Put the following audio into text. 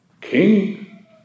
king